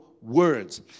words